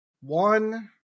One